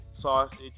sausage